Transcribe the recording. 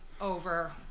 over